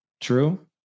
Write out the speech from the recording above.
True